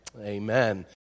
amen